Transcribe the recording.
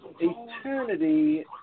Eternity